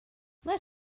let